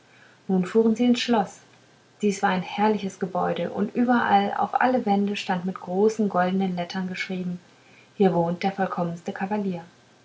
nun fuhren sie ins schloß dies war ein herrliches gebäude und überall auf alle wände stand mit großen goldenen lettern geschrieben hier wohnt der vollkommenste kavalier